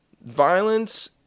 violence